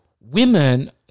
Women